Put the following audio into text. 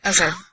Okay